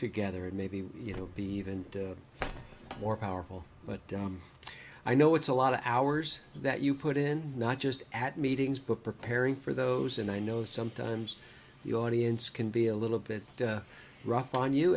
together and maybe you know be even more powerful but i know it's a lot of hours that you put in not just at meetings but preparing for those and i know sometimes you audience can be a little bit rough on you